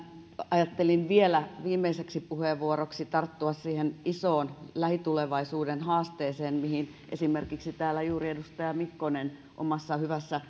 ajattelin vielä viimeiseksi puheenvuoroksi tarttua siihen isoon lähitulevaisuuden haasteeseen mihin esimerkiksi täällä juuri edustaja mikkonen omassa hyvässä